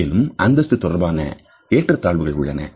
மேலும் அந்தஸ்து தொடர்பான ஏற்றத்தாழ்வுகள் உள்ளன